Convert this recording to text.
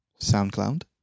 SoundCloud